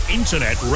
internet